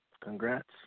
Congrats